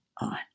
on